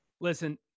Listen